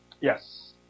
Yes